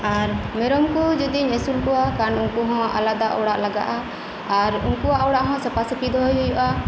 ᱟᱨ ᱢᱮᱨᱚᱢ ᱠᱩ ᱡᱚᱫᱤ ᱟᱹᱥᱩᱞ ᱠᱚᱣᱟ ᱠᱷᱟᱱ ᱩᱱᱠᱩᱦᱚᱸ ᱟᱞᱟᱫᱟ ᱚᱲᱟᱜ ᱞᱟᱜᱟᱜᱼᱟ ᱟᱨ ᱩᱱᱠᱩᱣᱟᱜ ᱚᱲᱟᱜᱦᱚᱸ ᱥᱟᱯᱟ ᱥᱟᱹᱯᱤ ᱫᱚᱦᱚᱭ ᱦᱩᱭᱩᱜᱼᱟ